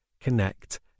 connect